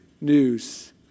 news